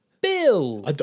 Bill